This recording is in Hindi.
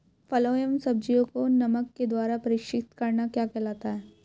फलों व सब्जियों को नमक के द्वारा परीक्षित करना क्या कहलाता है?